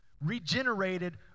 regenerated